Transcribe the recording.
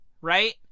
Right